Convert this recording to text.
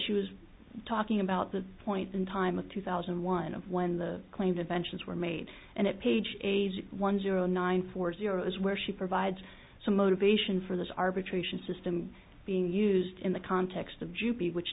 she was talking about the point in time of two thousand and one of when the claims inventions were made and at page a's one zero nine four zero is where she provides some motivation for this arbitration system being used in the context of jupiter which